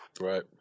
Right